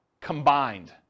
combined